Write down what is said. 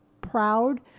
proud